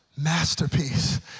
masterpiece